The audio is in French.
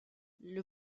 les